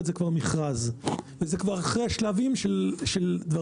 זה כבר מכרז וזה כבר אחרי השלבים של דברים.